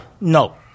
No